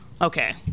Okay